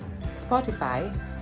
spotify